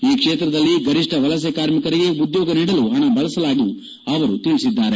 ಈ ಕ್ಷೇತ್ರದಲ್ಲಿ ಗರಿಷ್ಠ ವಲಸೆ ಕಾರ್ಮಿಕರಿಗೆ ಉದ್ಯೋಗ ನೀಡಲು ಪಣ ಬಳಸಲಾಗಿದೆ ಎಂದು ಅವರು ತಿಳಿಸಿದ್ದಾರೆ